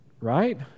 Right